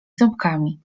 ząbkami